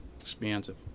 Expansive